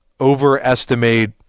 overestimate